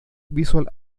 visual